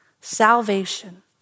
salvation